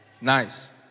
nice